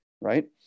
right